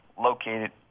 located